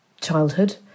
childhood